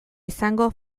izango